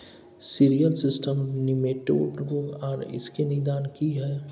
Cereal system nematode रोग आर इसके निदान की हय?